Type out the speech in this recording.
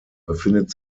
befindet